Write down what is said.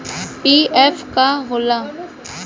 PF का होला?